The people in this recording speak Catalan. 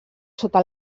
sota